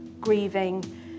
grieving